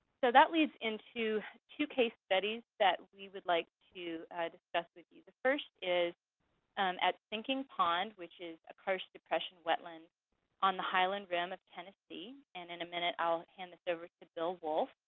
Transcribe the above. so that leads into two case studies that we would like to ah discuss with you. the first is at sinking pond, which is a karst depression wetland on the highland rim of tennessee. and in a minute, i'll hand this over to bill wolfe,